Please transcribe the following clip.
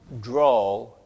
draw